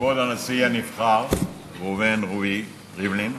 כבוד הנשיא הנבחר ראובן רובי ריבלין,